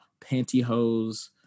pantyhose